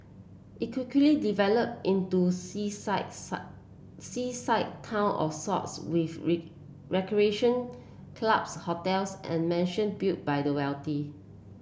it quickly developed into seaside seaside town of sorts with recreation clubs hotels and mansion built by the wealthy